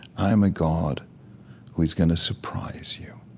i am a god who is going to surprise you.